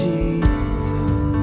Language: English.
Jesus